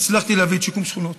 הצלחתי להביא את שיקום שכונות.